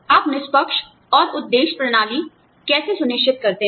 आप निष्पक्ष और उद्देश्य प्रणाली कैसे सुनिश्चित करते हैं